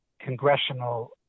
congressional